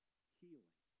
Healing